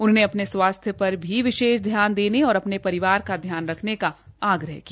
उन्होंने अपने स्वास्थ्य पर भी विशेष ध्यान देने और अपने परिवार का ध्यान रखने का आग्रह किया